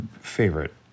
favorite